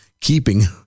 keeping